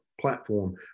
platform